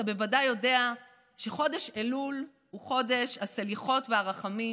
אתה בוודאי יודע שחודש אלול הוא חודש הסליחות והרחמים,